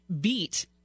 beat